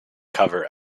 cover